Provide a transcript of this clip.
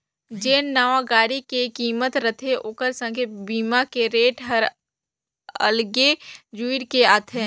जेन नावां गाड़ी के किमत रथे ओखर संघे बीमा के रेट हर अगले जुइड़ के आथे